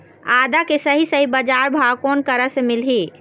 आदा के सही सही बजार भाव कोन करा से मिलही?